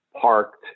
parked